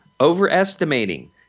overestimating